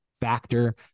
factor